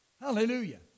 Hallelujah